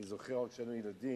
אני זוכר, עוד כשהיינו ילדים,